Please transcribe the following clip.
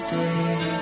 day